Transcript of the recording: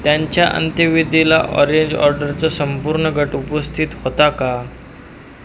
त्यांच्या अंत्यविधीला ऑरेंज ऑर्डरचा संपूर्ण गट उपस्थित होता का